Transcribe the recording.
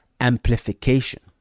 amplification